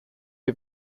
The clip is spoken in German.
die